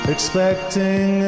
Expecting